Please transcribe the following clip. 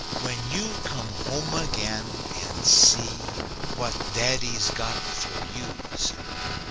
when you come home again and see what daddy's got for you, sir.